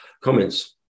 comments